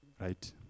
Right